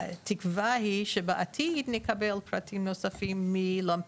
התקווה היא שבעתיד נקבל פרטים נוספים מ- --,